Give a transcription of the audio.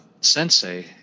sensei